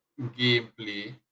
gameplay